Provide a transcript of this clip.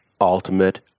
ultimate